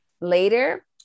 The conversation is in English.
later